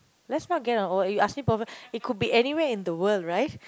let's not get and you ask me it could be anywhere in the world right